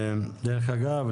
דרך אגב,